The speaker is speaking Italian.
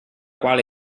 quale